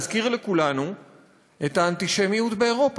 להזכיר לכולנו את האנטישמיות באירופה.